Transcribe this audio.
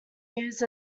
used